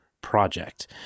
project